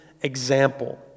example